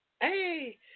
Hey